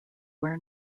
where